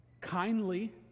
Kindly